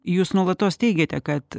jūs nuolatos teigiate kad